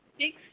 six